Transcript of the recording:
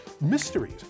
mysteries